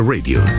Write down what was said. Radio